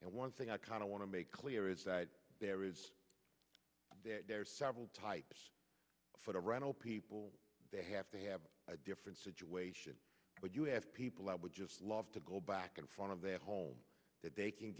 and one thing i kind of want to make clear is that there is there are several types for rental people they have to have a different situation but you have people that would just love to go back and front of their home that they can